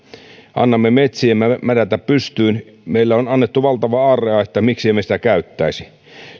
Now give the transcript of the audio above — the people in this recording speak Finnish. annamme metsiemme mädätä pystyyn meille on annettu valtava aarreaitta miksi emme sitä käyttäisi